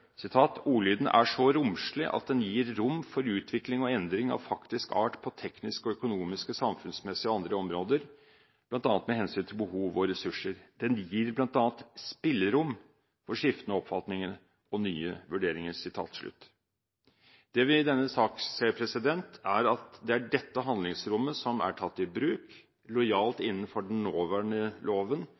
det: «Ordlyden er så romslig at den gir rom for utvikling og endring av faktisk art på tekniske, økonomiske, samfunnsmessige og andre områder, bl.a. med hensyn til behov og ressurser. Den gir bl.a. spillerom for skiftende oppfatninger og nye vurderinger.» Det vi i denne saken ser, er at det er dette handlingsrommet som er tatt i bruk, lojalt innenfor den nåværende loven,